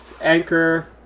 anchor